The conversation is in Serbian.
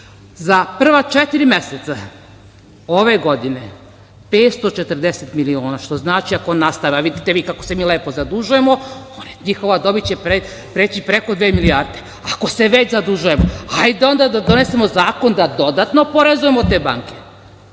Za prva četiri meseca ove godine 540 miliona, što znači ako nastave, a vidite vi kako se mi lepo zadužujemo, njihova dobit će preći preko dve milijarde. Ako se već zadužujemo, hajde onda da donesemo zakon da dodatno oporezujemo te banke.